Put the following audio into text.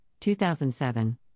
2007